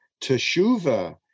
teshuva